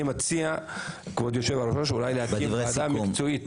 אני מציע אולי להקים ועדה מקצועית.